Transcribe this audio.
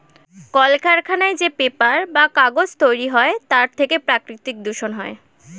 কলকারখানায় যে পেপার বা কাগজ তৈরি হয় তার থেকে প্রাকৃতিক দূষণ হয়